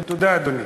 תודה, אדוני.